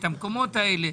את המקומות האלה.